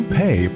pay